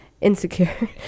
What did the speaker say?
insecure